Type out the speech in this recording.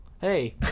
hey